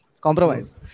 Compromise